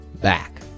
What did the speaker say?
back